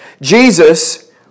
Jesus